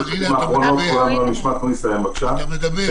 אתה מדבר.